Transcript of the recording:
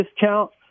discount